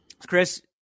Chris